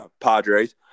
Padres